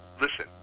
Listen